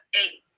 eight